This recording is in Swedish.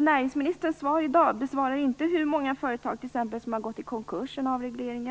Näringsministerns svar i dag beskriver t.ex. inte hur många företag som gått i konkurs sedan avregleringen.